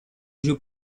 joue